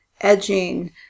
edging